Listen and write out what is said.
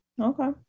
Okay